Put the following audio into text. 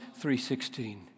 3.16